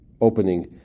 opening